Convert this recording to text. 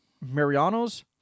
Mariano's